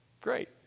Great